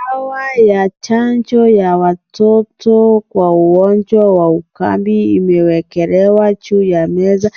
Dawa ya chanjo ya watoto kwa ugonjwa wa ukadi imewekelewa juu ya meza